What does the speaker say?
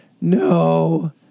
No